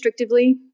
restrictively